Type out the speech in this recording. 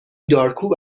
دارکوب